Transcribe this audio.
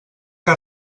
que